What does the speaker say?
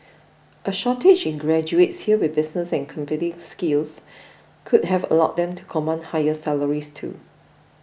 a shortage in graduates here with business and computing skills could have allowed them to command higher salaries too